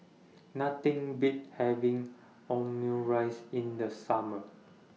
Nothing Beats having Omurice in The Summer